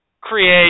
create